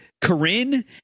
Corinne